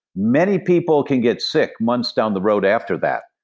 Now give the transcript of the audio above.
many people can get sick months down the road after that.